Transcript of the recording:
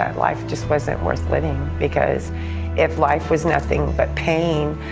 um life just wasn't worth living because if life was nothing but pain,